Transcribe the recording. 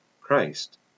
Christ